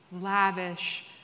lavish